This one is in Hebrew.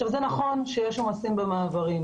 זה נכון שיש עומסים במעברים,